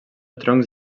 troncs